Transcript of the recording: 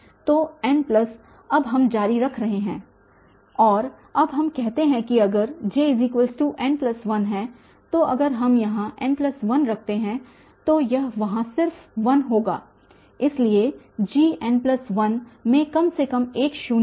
तो n plus अब हम जारी रख रहे हैं और अब हम कहते हैं कि अगर jn1 है तो अगर हम यहाँ n1 रखते हैं तो यह वहाँ सिर्फ 1 रहेगा इसलिए Gn1 में कम से कम एक शून्य है